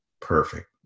Perfect